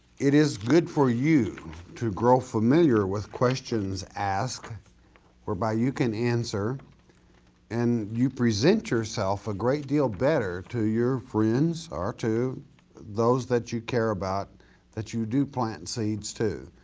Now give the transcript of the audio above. it is good for you to grow familiar with questions asked whereby you can answer and you present yourself a great deal better to your friends or to those that you care about that you do plant seeds to.